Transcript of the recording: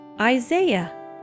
isaiah